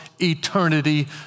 eternity